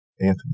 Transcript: Anthony